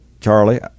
Charlie